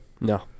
No